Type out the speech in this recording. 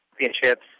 championships